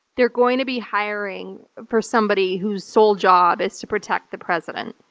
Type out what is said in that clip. they're going to be hiring for somebody whose sole job is to protect the president,